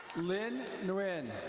lynn nguyen.